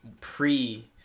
pre